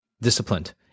disciplined